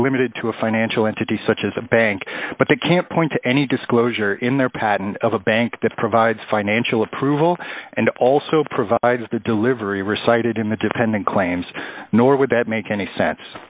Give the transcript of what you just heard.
limited to a financial entity such as a bank but they can't point to any disclosure in their patent of a bank that provides financial approval and also provides the delivery recited in the dependent claims nor would that make any sense